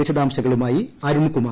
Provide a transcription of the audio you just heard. വിശദാംശങ്ങളുമായി അരുൺകുമാർ